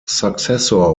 successor